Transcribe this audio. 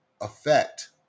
affect